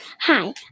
Hi